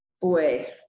boy